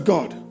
God